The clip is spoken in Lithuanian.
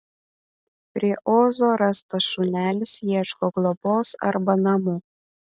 prie ozo rastas šunelis ieško globos arba namų